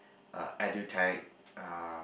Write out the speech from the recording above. uh edutech uh